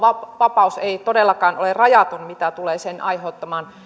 vapaus ei todellakaan ole rajaton mitä tulee sen aiheuttamaan